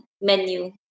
menu